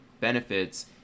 benefits